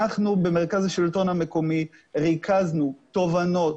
אנחנו במרכז השלטון המקומי ריכזנו תובנות